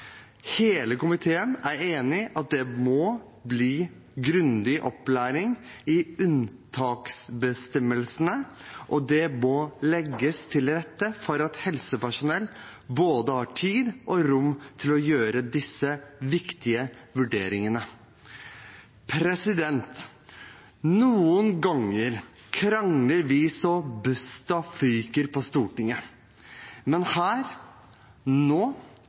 Hele komiteen er enig i at det må bli grundig opplæring i unntaksbestemmelsene, og det må legges til rette for at helsepersonell har både tid og rom til å gjøre disse viktige vurderingene. Noen ganger krangler vi så busta fyker på Stortinget. Men her, nå,